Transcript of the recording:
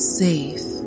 safe